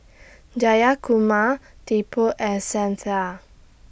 Jayakumar Tipu and Santha